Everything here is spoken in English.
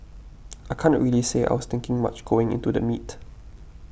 I can't really say I was thinking much going into the meet